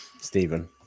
Stephen